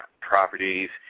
properties